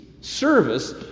service